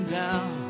down